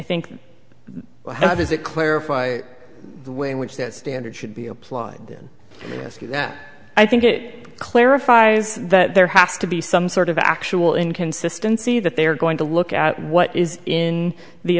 think well how does it clarify the way in which this standard should be applied then yes i think it clarifies that there has to be some sort of actual inconsistency that they are going to look at what is in the